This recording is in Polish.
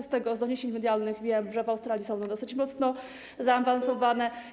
Z doniesień medialnych wiem, że w Australii są one dosyć mocno zaawansowane.